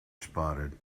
spotted